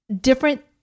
different